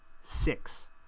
six